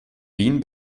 wien